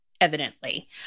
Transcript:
evidently